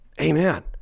Amen